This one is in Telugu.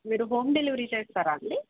మీరు హోమ్ డెలివరీ చేస్తారా అండీ